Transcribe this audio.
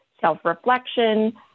self-reflection